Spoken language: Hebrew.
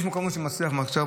יש מקומות שזה מצליח יותר,